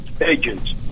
agents